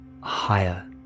higher